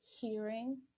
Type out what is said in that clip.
hearing